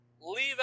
Leave